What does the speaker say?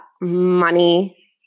money